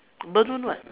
burnt wound [what]